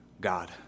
God